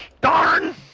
Darn